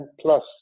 plus